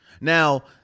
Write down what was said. Now